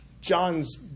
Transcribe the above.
John's